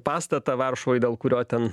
pastatą varšuvoj dėl kurio ten